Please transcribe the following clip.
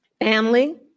Family